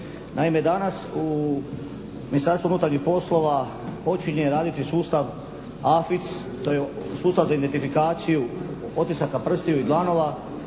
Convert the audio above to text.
Naime, danas u Ministarstvu unutarnjih poslova počinje raditi sustav AFIS. To je sustav za identifikaciju otisaka prstiju i dlanova,